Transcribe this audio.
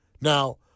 Now